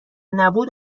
نبود